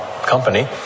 company